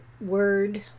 word